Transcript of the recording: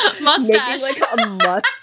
Mustache